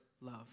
love